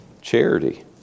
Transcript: charity